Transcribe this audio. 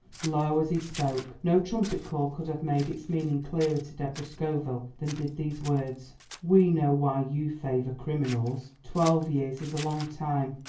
low as he spoke, no trumpet-call could have made its meaning clearer to deborah scoville than did these words we know why you favour criminals. twelve years is a long time,